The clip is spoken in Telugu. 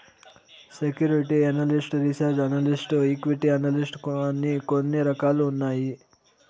security analyst research analyst equity analyst అని కొన్ని రకాలు ఉన్నాయి